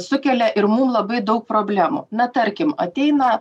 sukelia ir mum labai daug problemų na tarkim ateina